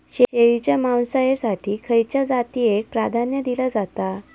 शेळीच्या मांसाएसाठी खयच्या जातीएक प्राधान्य दिला जाता?